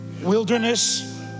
Wilderness